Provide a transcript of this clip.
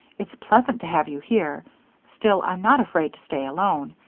it's pleasant to have you here still, i'm not afraid to stay alone.